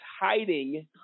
hiding